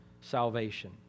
salvation